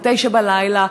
ב-21:00,